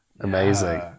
amazing